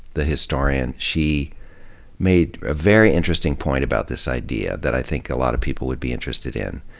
the historian, she made a very interesting point about this idea that i think a lot of people would be interested in.